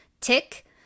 tick